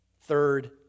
Third